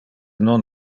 non